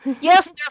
Yes